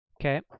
Okay